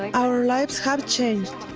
our lives have changed.